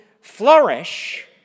flourish